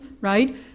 right